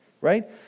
Right